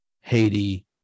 Haiti